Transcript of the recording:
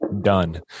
done